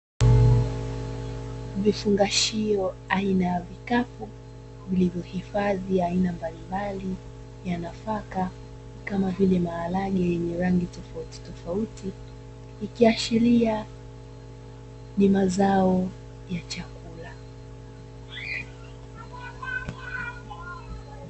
Vifungashio aina ya vikapu vilivyohifadhi aina mbalimbali ya nafaka kama vile maharage yenye rangi tofautitofauti ikiashiria ni mazao ya chakula.